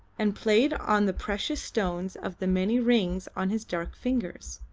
and played on the precious stones of the many rings on his dark fingers.